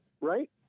right